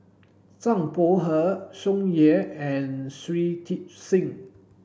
Zhang Bohe Tsung Yeh and Shui Tit Sing